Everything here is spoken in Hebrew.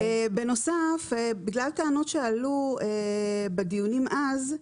בנוסף, בגלל טענות שעלו בדיונים אז,